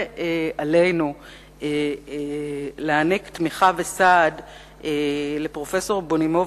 עלינו להעניק תמיכה וסעד לפרופסור בונימוביץ,